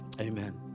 amen